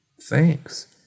thanks